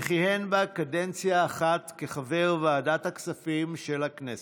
וכיהן בה קדנציה אחת כחבר ועדת הכספים של הכנסת.